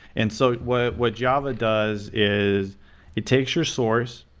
and so what what java does is it takes your source,